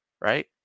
right